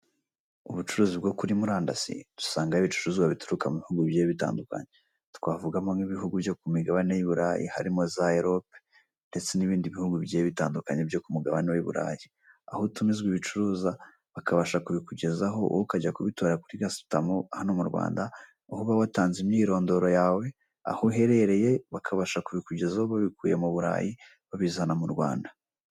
Ubucuruzi bwo kuri murandasi usanga ari ibicuruzwa bituruka mu bihugu bigiye bitandukanye, twavugamo nk'ibihugu byo ku migabane y'i burayi, harimo za Europe ndetse n'ibindi bihugu bigiye bitandukanye byo ku mugabane w'i burayi aho utumiza ibicuruza bakabasha kubikugezaho, wowe ukajya kubitora kuri gasutamo hano mu Rwanda, wowe uba watanze imyirondoro yawe, aho uherereye bakabasha kubikugezaho babikuye mu burayi, babizana mu Rwanda.